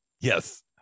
Yes